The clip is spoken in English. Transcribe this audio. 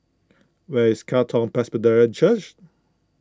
where is Katong Presbyterian Church